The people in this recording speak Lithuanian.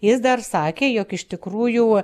jis dar sakė jog iš tikrųjų